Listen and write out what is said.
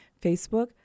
Facebook